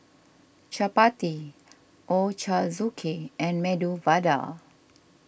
Chapati Ochazuke and Medu Vada